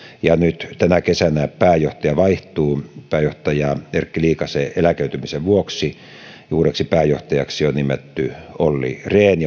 ja nyt tänä kesänä pääjohtaja vaihtuu pääjohtaja erkki liikasen eläköitymisen vuoksi ja uudeksi pääjohtajaksi on nimetty olli rehn